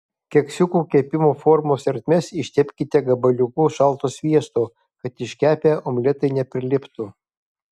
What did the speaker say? keksiukų kepimo formos ertmes ištepkite gabaliuku šalto sviesto kad iškepę omletai nepriliptų